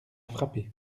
frappé